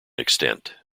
extent